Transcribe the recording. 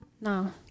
No